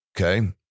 Okay